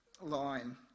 line